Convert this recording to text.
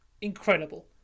incredible